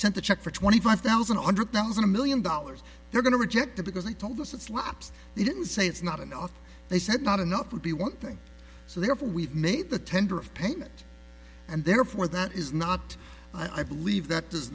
a check for twenty five thousand one hundred thousand a million dollars they're going to reject it because they told us it slops they didn't say it's not enough they said not enough would be one thing so therefore we've made the tender of payment and therefore that is not i believe that does